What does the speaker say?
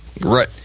right